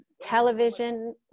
television